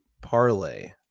parlay